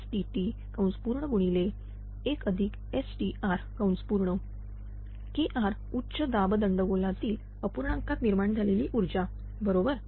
STr Kr उच्च दाब दाब दंड गोलातील अपूर्णांकात निर्माण झालेली ऊर्जा बरोबर